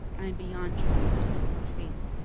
i'm beyond trust or faith.